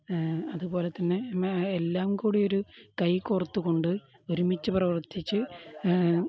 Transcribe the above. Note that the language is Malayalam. അതുപോലെ തന്നെ എല്ലാം കൂടി ഒരു കൈ കോർത്ത് കൊണ്ട് ഒരുമിച്ച് പ്രവർത്തിച്ച്